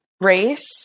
race